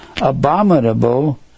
abominable